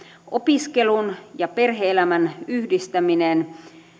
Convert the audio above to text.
opiskelun ja perhe elämän yhdistäminen